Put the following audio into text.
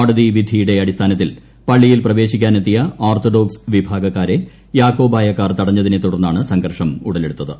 കോടതി വിധിയുടെ അടിസ്ഥാനത്തിൽ പള്ളിയിൽ ഓർത്തഡോക്സ് പ്രവേശിക്കാനെത്തിയ വിഭാഗക്കാരെ യാക്കോബായക്കാർ തടഞ്ഞതിനെ തുടർന്നാണ് സംഘർഷം ഉടലെടുത്തത്